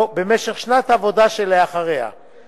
משך החופשה השנתית הוא 14 ימים עד 28 ימים,